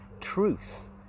truth